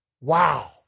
Wow